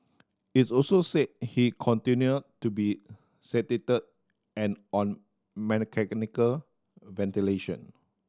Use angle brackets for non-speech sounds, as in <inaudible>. is also said he continued to be sedated and on <unintelligible> ventilation